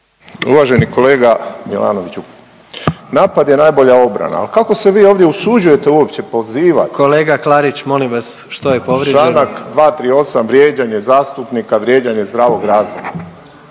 Uvaženi kolega Milanoviću, napad je najbolja obrana, ali kako se vi ovdje usuđujete uopće pozivati … …/Upadica: Kolega Klarić molim vas što je povrijeđeno?/… Članak 238., vrijeđanje zastupnika, vrijeđanje zdravog razuma.